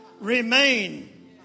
remain